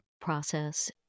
process